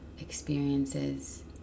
experiences